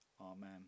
Amen